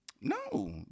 No